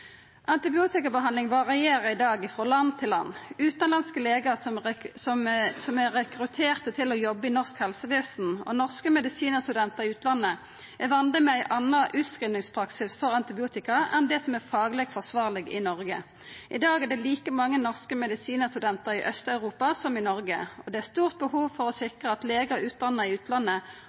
Antibiotikabehandling varierer i dag frå land til land. Utanlandske legar som er rekrutterte til å jobba i norsk helsevesen, og norske medisinarstudentar i utlandet er vande med ein annan utskrivingspraksis for antibiotika enn det som er fagleg forsvarleg i Noreg. I dag er det like mange norske medisinarstudentar i Aust-Europa som i Noreg. Det er stort behov for å sikra at legar utdanna i utlandet,